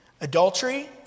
adultery